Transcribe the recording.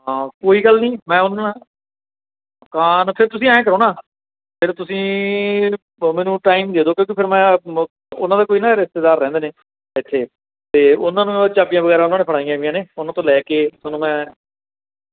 ਹਾਂ ਕੋਈ ਗੱਲ ਨਹੀਂ ਮੈਂ ਹੁੰਦਾ ਦੁਕਾਨ 'ਤੇ ਤੁਸੀਂ ਐਂ ਕਰੋ ਨਾ ਫਿਰ ਤੁਸੀਂ ਮੈਨੂੰ ਟਾਈਮ ਦੇ ਦਿਓ ਕਿਉਂਕਿ ਫਿਰ ਮੈਂ ਉਹਨਾਂ ਦਾ ਕੋਈ ਨਾ ਰਿਸ਼ਤੇਦਾਰ ਰਹਿੰਦੇ ਨੇ ਇੱਥੇ ਅਤੇ ਉਹਨਾਂ ਨੂੰ ਚਾਬੀਆਂ ਵਗੈਰਾ ਉਹਨਾਂ ਨੇ ਫੜਾਈਆਂ ਵੀਆਂ ਨੇ ਉਹਨਾਂ ਤੋਂ ਲੈ ਕੇ ਤੁਹਾਨੂੰ ਮੈਂ